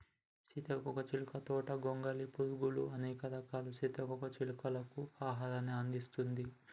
సీతాకోక చిలుక తోట గొంగలి పురుగులు, అనేక రకాల సీతాకోక చిలుకలకు ఆహారాన్ని అందిస్తుంది